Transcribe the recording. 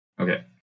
Okay